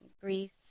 Greece